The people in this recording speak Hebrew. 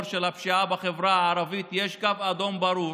של הפשיעה בחברה הערבית יש קו אדום ברור